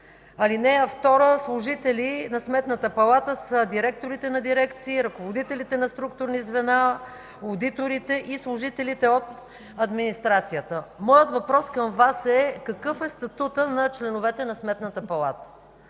Според ал. 2 служители на Сметната палата са директорите на дирекции, ръководителите на структурни звена, одиторите и служителите от администрацията. Моят въпрос към Вас е: какъв е статутът на членовете на Сметната палата?